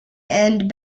end